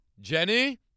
Jenny